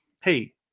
Hey